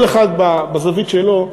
כל אחד בזווית שלו,